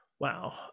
Wow